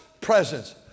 presence